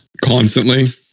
Constantly